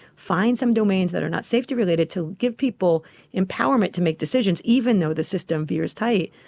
find some domains that are not safety-related, to give people empowerment to make decisions, even though the system veers tight.